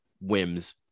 whims